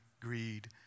greed